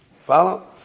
Follow